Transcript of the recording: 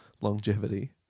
longevity